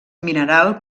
mineral